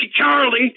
Charlie